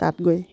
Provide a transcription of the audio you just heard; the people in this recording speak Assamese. তাত গৈ